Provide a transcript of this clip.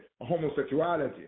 homosexuality